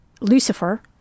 lucifer